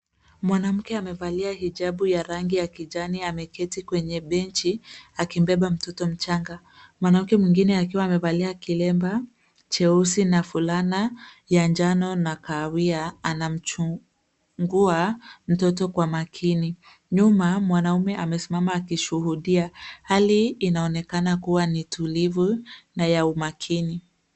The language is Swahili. Mwanamke amevalia hijabu ya rangi ya kijani ameketi kwenye benchi akimbeba mtoto mchanga. Mwanamke mwingine akiwa amevalia kilemba cheusi na fulana ya njano na kahawia anamchunguza mtoto kwa makini. Nyuma, mwanaume amesimama akishuhudia. Hali inaonekana kuwa ni tulivu na ya umakini.